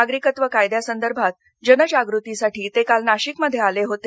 नागरिकत्व कायद्या संदर्भात जनजागृतीसाठी ते काल नाशिकमध्ये आले होते